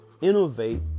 innovate